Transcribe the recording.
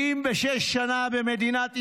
76 שנה במדינת ישראל,